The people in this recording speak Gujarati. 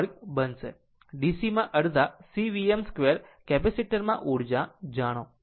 DC માં અડધા C Vm 2 કેપેસીટર માં ઉર્જા જાણો